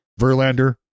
Verlander